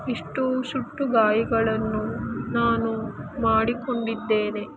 ಎಷ್ಟೋ ಸುಟ್ಟ ಗಾಯಗಳನ್ನು ನಾನು ಮಾಡಿಕೊಂಡಿದ್ದೇನೆ